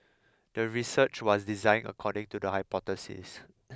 the research was designed according to the hypothesis